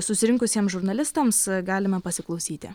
susirinkusiems žurnalistams galima pasiklausyti